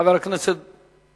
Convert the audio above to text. חברי הכנסת מסתפקים?